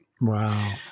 wow